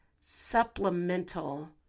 supplemental